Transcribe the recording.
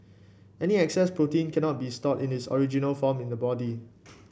any excess protein cannot be stored in its original form in the body